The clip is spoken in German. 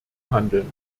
handeln